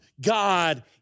God